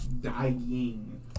dying